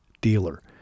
dealer